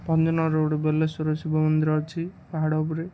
ଭଞ୍ଜନଗରରେ ଗୋଟେ ବେଲେଶ୍ୱର ଶିବ ମନ୍ଦିର ଅଛି ପାହାଡ଼ ଉପରେ